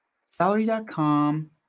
Salary.com